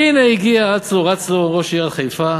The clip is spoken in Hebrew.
והנה הגיע, אץ לו רץ לו ראש עיריית חיפה